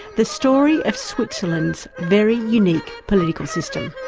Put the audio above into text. the story of switzerland's very unique political system.